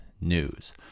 news